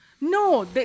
no